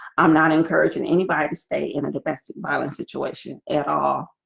i'm not encouraging anybody to stay in a domestic violence situation at all